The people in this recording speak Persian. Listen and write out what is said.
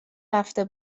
رفته